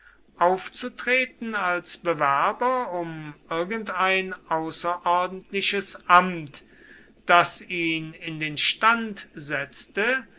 aufzutreten als bewerber um irgendein außerordentliches amt das ihn in den stand setzte